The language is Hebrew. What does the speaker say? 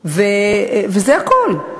וזה הכול.